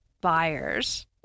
buyers